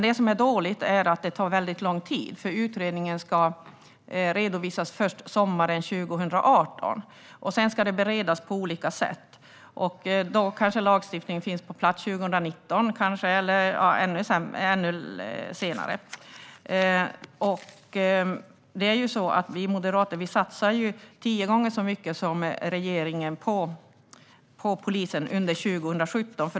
Det som är dåligt är att det tar väldigt lång tid: Utredningen ska redovisas först sommaren 2018. Sedan ska den beredas på olika sätt, så lagstiftningen kanske finns på plats 2019 eller ännu senare. Vi moderater satsar tio gånger så mycket som regeringen på polisen under 2017.